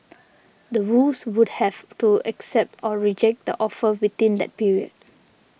the Woos would have to accept or reject the offer within that period